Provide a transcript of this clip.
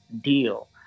deal